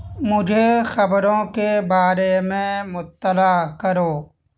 مجھے خبروں کے بارے میں مطلع کرو